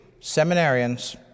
seminarians